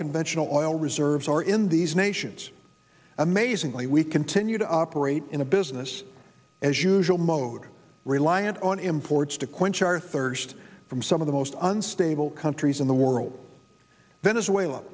conventional oil reserves are in these nations amazingly we continue to operate in a business as usual mode reliant on imports to quench our thirst from some of the most unstable countries in the world venezuela